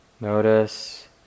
Notice